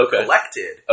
Collected